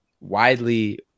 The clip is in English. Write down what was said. Widely